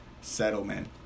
settlement